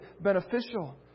beneficial